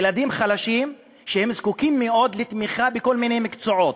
ילדים חלשים שזקוקים מאוד לתמיכה בכל מיני מקצועות,